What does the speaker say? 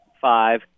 five